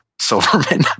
silverman